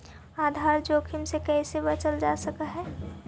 आधार जोखिम से कइसे बचल जा सकऽ हइ?